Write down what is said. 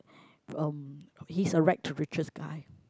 um he's a rag to riches guy